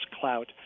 clout